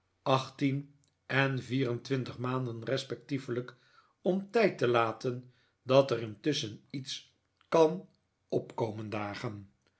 en vier en twintig maanden respectievelijk om tijd te laten dat er intusschen iets kan op komen dagen